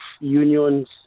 unions